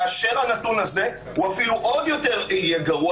הנתון הזה יהיה אפילו עוד יותר גרוע,